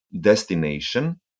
destination